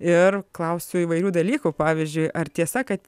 ir klausiu įvairių dalykų pavyzdžiui ar tiesa kad